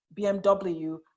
BMW